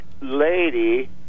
lady